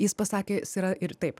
jis pasakė jis yra ir taip